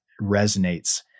resonates